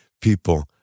people